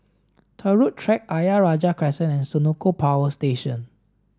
Turut Track Ayer Rajah Crescent and Senoko Power Station